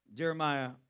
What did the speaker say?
Jeremiah